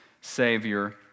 savior